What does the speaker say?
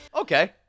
Okay